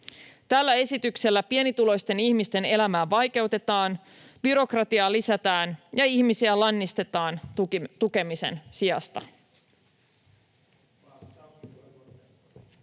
Tällä esityksellä pienituloisten ihmisten elämää vaikeutetaan, byrokratiaa lisätään ja ihmisiä lannistetaan tukemisen sijasta.